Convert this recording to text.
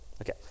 Okay